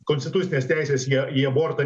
konstitucinės teisės į į abortą